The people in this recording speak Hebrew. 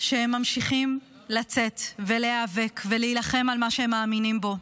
שהם ממשיכים לצאת ולהיאבק ולהילחם על מה שהם מאמינים בו,